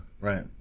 right